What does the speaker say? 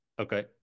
Okay